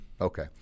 Okay